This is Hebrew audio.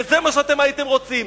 וזה מה שאתם הייתם רוצים.